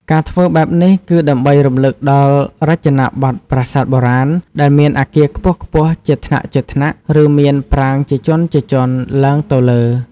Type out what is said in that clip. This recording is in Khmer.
ការធ្វើបែបនេះ គឺដើម្បីរំលឹកដល់រចនាប័ទ្មប្រាសាទបុរាណ ដែលមានអគារខ្ពស់ៗជាថ្នាក់ៗ ឬមានប្រាង្គជាជាន់ៗឡើងទៅលើ។